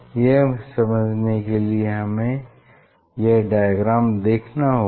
यह समझने के लिए हमें यह डायग्राम देखना होगा